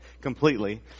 completely